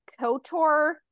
KOTOR